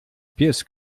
pies